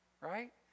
right